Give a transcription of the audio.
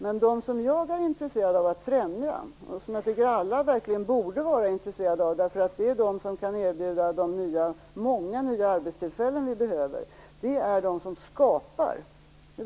Men de som jag är intresserad av att främja, och som jag tycker alla verkligen borde vara intresserade av, är de som kan erbjuda de många nya arbetstillfällen vi behöver, nämligen de som skapar.